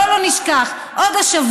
בואו לא נשכח: עוד השבוע,